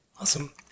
Awesome